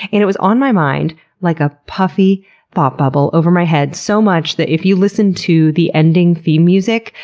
and it was on my mind like a puffy thought bubble over my head so much that if you listen to the ending theme music,